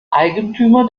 eigentümer